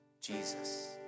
Jesus